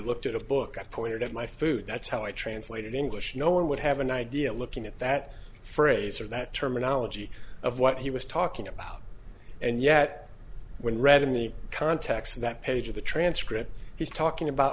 looked at a book i pointed at my food that's how i translated in english no one would have an idea looking at that phrase or that terminology of what he was talking about and yet when read in the context of that page of the transcript he's talking about